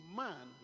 man